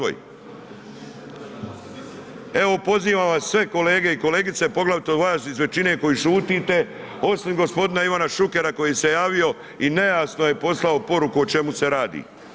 Evo pozivam vas sve kolege i kolegice poglavito vas iz većine koji šutite osim gospodina Ivana Šukera koji se javio i nejasno je poslao poruku o čemu se radi.